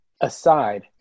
aside